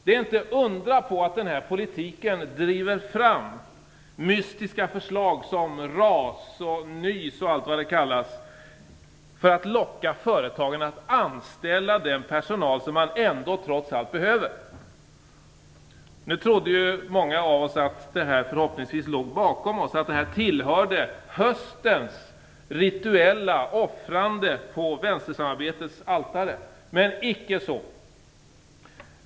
Det är inte undra på att den politiken driver fram mystiska förslag som RAS och NYS och allt vad de kallas för att locka företagen att anställa den personal som de trots allt behöver. Många av oss trodde att detta nu låg bakom oss, att detta tillhörde höstens rituella offrande på vänstersamarbetets altare. Men så var det icke.